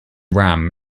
ram